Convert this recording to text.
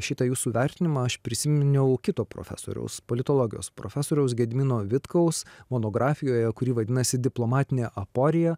šitą jūsų vertinimą aš prisiminiau kito profesoriaus politologijos profesoriaus gedimino vitkaus monografijoje kuri vadinasi diplomatinė aporija